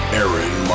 Aaron